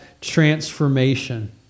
transformation